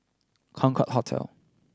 Concorde Hotel